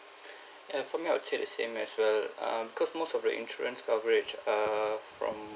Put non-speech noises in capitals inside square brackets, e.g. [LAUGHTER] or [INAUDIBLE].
[BREATH] and for me I'll take the same as well um cause most of the insurance coverage err from